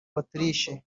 autriche